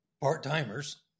part-timers